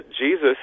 Jesus